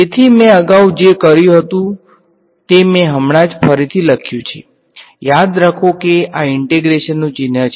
તેથી મેં અગાઉ જે કર્યું હતું તે મેં હમણાં જ ફરીથી લખ્યું છે યાદ રાખો કે આ ઈંટેગ્રેશનનુ ચિહ્ન છે